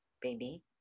baby